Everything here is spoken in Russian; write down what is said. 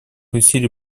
усилий